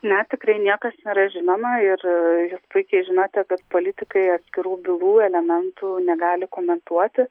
ne tikrai niekas nėra žinoma ir jūs puikiai žinote kad politikai atskirų bylų elementų negali komentuoti